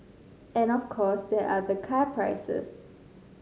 and of course there are the car prices